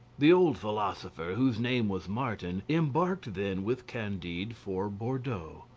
the old philosopher, whose name was martin, embarked then with candide for bordeaux.